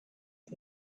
had